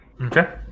Okay